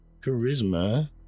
charisma